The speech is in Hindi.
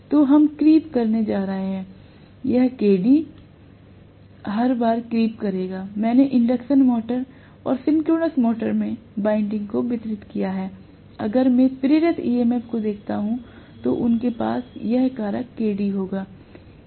तो हम क्रीप करने जा रहे हैं यह Kd हर बार क्रीप करेगा मैंने इंडक्शन मोटर और सिंक्रोनस मशीन में वाइंडिंग को वितरित किया है अगर मैं प्रेरित ईएमएफ को देखता हूं तो उनके पास यह कारक Kd होगा